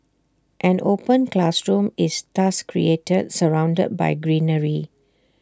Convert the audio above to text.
an open classroom is thus created surrounded by greenery